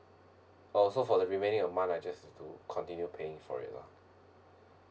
oh so for the remaining a month I just have to continue paying for it lah